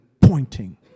pointing